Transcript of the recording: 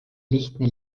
lihtne